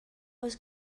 was